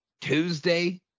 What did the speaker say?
Tuesday